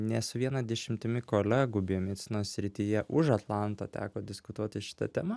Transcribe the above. ne su viena dešimtimi kolegų biomedicinos srityje už atlanto teko diskutuoti šita tema